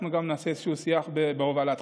אנחנו גם נעשה איזשהו שיח בהובלתך,